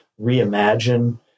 reimagine